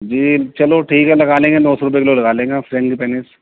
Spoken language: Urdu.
جی چلو ٹھیک ہے لگا لیں گے نو سو روپئے کلو لگا لیں گے ہم فرنگی پینس